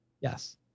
Yes